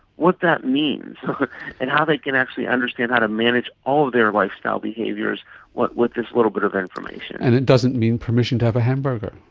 what that means and how they can actually understand how to manage all of their lifestyle behaviours with this little bit of information. and it doesn't mean permission to have a hamburger.